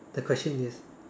the question is